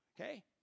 Okay